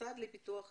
המוסד לביטוח לאומי,